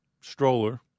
stroller